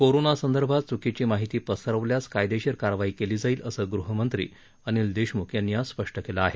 corona संदर्भात च्कीची माहिती पसरवल्यास कायदेशीर कारवाई केली जाईल असं ग्रहमंत्री अनिल देशम्ख यांनी आज स्पष्ट केलं आहे